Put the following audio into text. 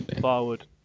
forward